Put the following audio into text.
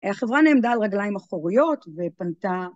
החברה נעמדה על רגליים אחוריות, ופנתה...